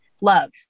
Love